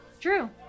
True